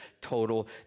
total